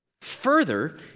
Further